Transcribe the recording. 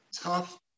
tough